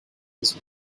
his